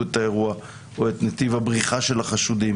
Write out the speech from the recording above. את האירוע או את נתיב הבריחה של החשודים,